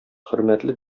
хөрмәтле